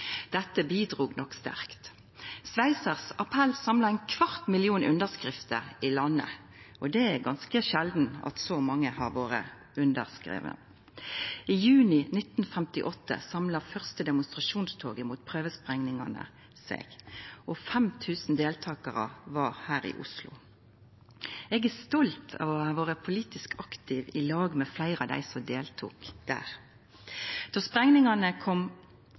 Dette bidrog nok sterkt. Schweizers appell samla ein kvart million underskrifter i landet, og det er ganske sjeldan med så mange underskrifter. I juni 1958 gjekk det første demonstrasjonstoget mot prøvesprengingane og samla 5 000 deltakarar her i Oslo. Eg er stolt over å ha vore politisk aktiv i lag med fleire av dei som deltok der. Då sprengingane heldt fram, kom